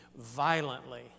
violently